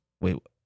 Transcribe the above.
Wait